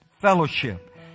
fellowship